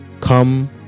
come